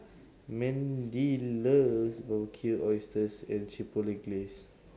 Mendy loves Barbecued Oysters and Chipotle Glaze